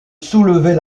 soulever